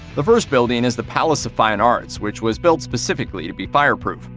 the first building is the palace of fine arts, which was built specifically to be fireproof.